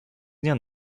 dnia